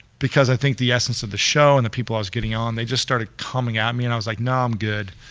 because i think the essence of the show and the people i was getting on, they just started coming at me and i was like, nah, i'm good.